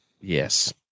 Yes